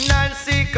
Nancy